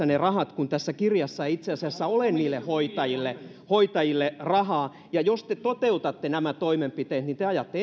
ne rahat kun tässä kirjassa ei itse asiassa ole niille hoitajille hoitajille rahaa ja jos te toteutatte nämä toimenpiteet te ajatte